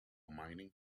mining